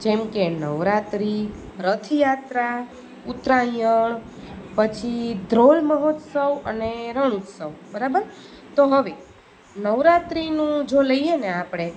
જેમ કે નવરાત્રિ રથયાત્રા ઉત્તરાયણ પછી ધ્રોલ મહોત્સવ અને રણ ઉત્સવ બરાબર તો હવે નવરાત્રિનું જો લઈએ ને આપણે